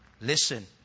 listen